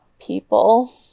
people